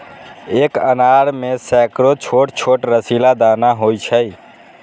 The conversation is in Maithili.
एक अनार मे सैकड़ो छोट छोट रसीला दाना होइ छै